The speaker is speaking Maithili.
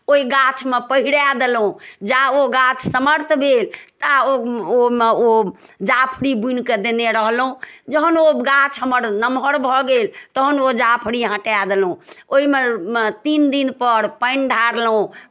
ओहि गाछमे पहिरा देलहुँ जा ओ गाछ समर्थ भेल ता ओ मे ओ ओ ओहिमे ओ जाफरी बुनि कऽ देने रहलहुँ जहन ओ गाछ हमर नम्हर भऽ गेल तहन ओ जाफरी हटाए देलहुँ ओहिमे मे तीन दिनपर पानि ढारलहुँ